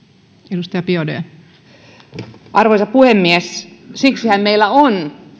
arvoisa rouva puhemies siksihän meillä on